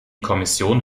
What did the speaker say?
kommission